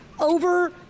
over